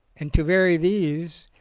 and to vary these,